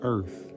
Earth